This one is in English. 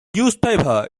newspaper